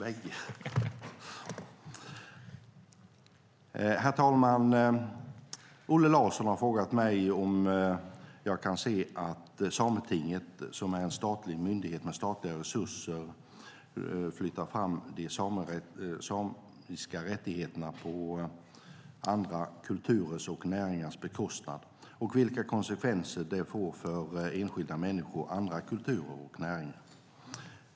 Herr talman! Olle Larsson har frågat mig om jag kan se att Sametinget, som är en statlig myndighet med statliga resurser, flyttar fram de samiska rättigheterna på andra kulturers och näringars bekostnad och vilka konsekvenser det får för enskilda människor, andra kulturer och näringar.